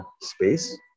space